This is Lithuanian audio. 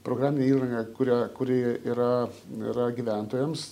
programinė įranga kuria kuri yra yra gyventojams